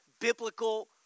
biblical